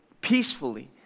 peacefully